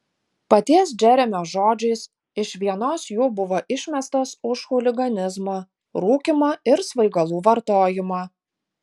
paties džeremio žodžiais iš vienos jų buvo išmestas už chuliganizmą rūkymą ir svaigalų vartojimą